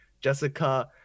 jessica